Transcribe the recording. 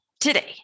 today